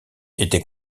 était